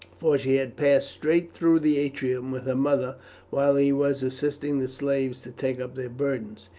for she had passed straight through the atrium with her mother while he was assisting the slaves to take up their burdens.